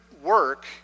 work